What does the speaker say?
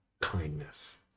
kindness